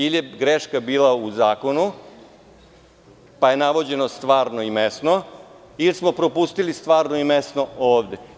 Ili je greška bila u zakona pa je navođeno stvarno i mesno ili smo propustili stvarno i mesno ovde.